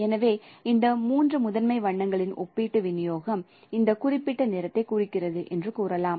எனவே இந்த மூன்று முதன்மை வண்ணங்களின் ஒப்பீட்டு விநியோகம் இந்த குறிப்பிட்ட நிறத்தை குறிக்கிறது என்று கூறலாம்